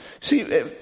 see